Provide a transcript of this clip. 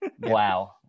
Wow